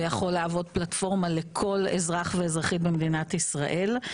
ויכול להוות פלטפורמה לכל אזרח ואזרחית במדינת ישראל.